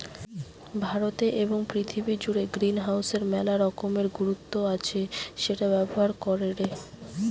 ভারতে এবং পৃথিবী জুড়ে গ্রিনহাউসের মেলা রকমের গুরুত্ব আছে সেটা ব্যবহার করেটে